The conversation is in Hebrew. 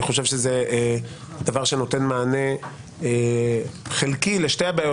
אני חושב שזה דבר שנותן מענה חלקי לשתי הבעיות